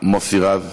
מוסי רז.